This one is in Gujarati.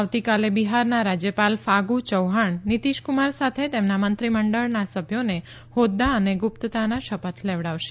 આવતીકાલે બિહારના રાજ્યપાલ ફાગુ ચૌહાણ નિતીશકુમાર સાથે તેમના મંત્રીમંડળના સભ્યોને હોદ્દા અને ગુપ્તતાના શપથ લેવડાવશે